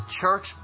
church